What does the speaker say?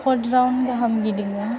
four round गाहाम गिदिंयो